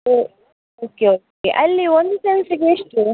ಓ okay okay ಅಲ್ಲಿ ಒಂದು ಸೆನ್ಸಿಗೆ ಎಷ್ಟು